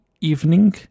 evening